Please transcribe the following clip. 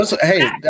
hey